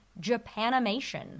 Japanimation